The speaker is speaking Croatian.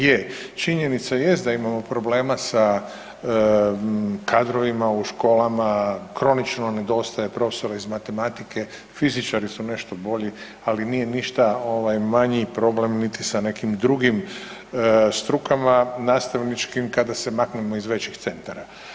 Je, činjenica jest da imamo problema sa kadrovima u školama, kronično nedostaje profesora iz matematike, fizičari su nešto bolji, ali nije ništa manji problem niti sa nekim drugim strukama nastavničkim kada se maknemo iz većih centara.